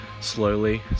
slowly